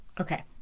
Okay